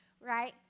right